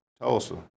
Tulsa